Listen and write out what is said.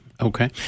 okay